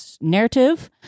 narrative